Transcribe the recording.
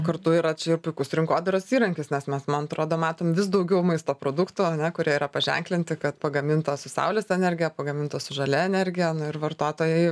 kartu yra čia ir puikus rinkodaros įrankis nes mes man atrodo matom vis daugiau maisto produktų kurie yra paženklinti kad pagaminta su saulės energija pagaminta su žalia energija ir vartotojai